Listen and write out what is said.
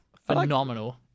Phenomenal